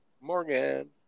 Morgan